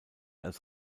als